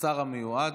השר המיועד,